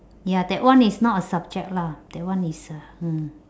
ya that one is not a subject lah that one is a